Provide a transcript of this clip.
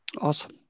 Awesome